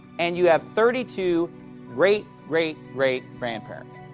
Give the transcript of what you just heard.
and you have thirty two great great great grandparents.